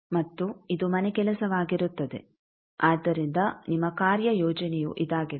ಮತ್ತು ಇದು ಮನೆಕೆಲಸವಾಗಿರುತ್ತದೆ ಆದ್ದರಿಂದ ನಿಮ್ಮ ಕಾರ್ಯಯೋಜನೆಯು ಇದಾಗಿದೆ